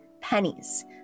pennies